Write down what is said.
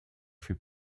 fait